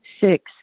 six